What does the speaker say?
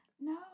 No